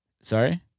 Sorry